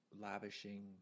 lavishing